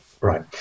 Right